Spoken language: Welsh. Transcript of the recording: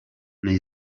neu